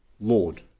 Lord